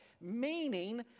meaning